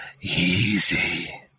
easy